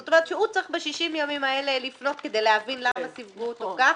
זאת אומרת שהוא צריך ב-60 ימים האלה לפנות כדי להבין למה סווגו אותו כך?